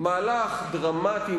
מהלך דרמטי,